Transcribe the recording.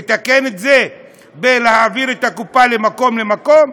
לתקן את זה בלהעביר את הקופה ממקום למקום?